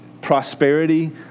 prosperity